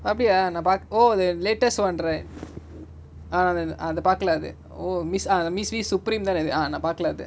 அப்டியா நா:apdiya na pak~ oh the latest one right ah lah இந்த அத பாகல அது:intha atha paakala athu oh miss ah miss V_S supreme தான இது:thana ithu ah நா பாகல அது:na paakala athu